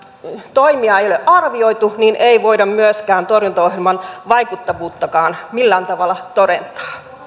toimia ei ole arvioitu niin ei voida myöskään torjuntaohjelman vaikuttavuutta millään tavalla todentaa